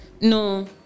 no